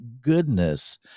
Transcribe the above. goodness